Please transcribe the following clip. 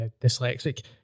dyslexic